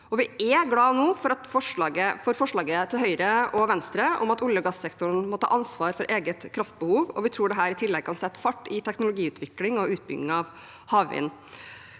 Vi er glade for forslaget til Høyre og Venstre om at olje- og gassektoren må ta ansvar for eget kraftbehov, og vi tror i tillegg at dette kan sette fart i teknologiutvikling og utbyggingen av havvind,